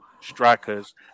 strikers